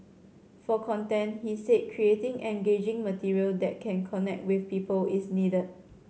for content he said creating engaging material that can connect with people is needed